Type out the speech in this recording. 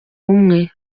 umwe